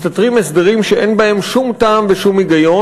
מסתתרים הסברים שאין בהם שום טעם והיגיון,